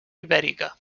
ibèrica